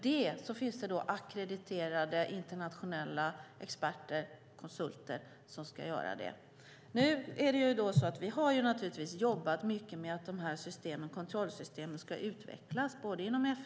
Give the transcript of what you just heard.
Dessutom finns det ackrediterade internationella experter som ska göra det. Vi har naturligtvis jobbat mycket med att de här kontrollsystemen ska utvecklas.